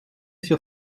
sur